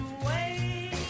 away